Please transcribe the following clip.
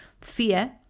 fear